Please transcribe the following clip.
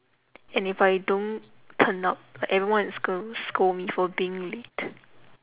and if I don't turn up like everyone is gonna scold me for being late